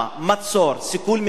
מצור, סיכול ממוקד.